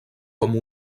com